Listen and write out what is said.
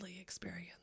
experience